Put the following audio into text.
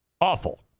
awful